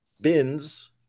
Bins